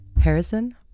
Harrison